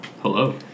Hello